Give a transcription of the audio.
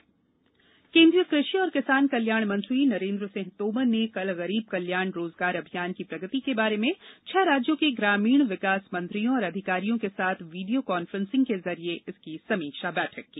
तोमर गरीब कल्याण केन्द्रीय कृषि और किसान कल्याण मंत्री नरेन्द्र सिंह तोमर ने कल गरीब कल्याण रोजगार अभियान की प्रगति के बारे में छह राज्यों के ग्रामीण विकास मंत्रियों और अधिकारियों के साथ वीडियो काफ्रेंस के जरिए समीक्षा बैठक की